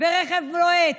ברכב לוהט,